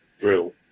drill